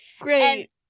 Great